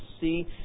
see